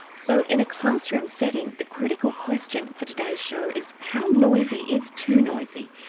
so in a classroom setting the critical question for today's show is how noisy is too noisy,